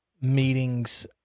meetings